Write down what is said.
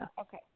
okay